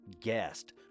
guest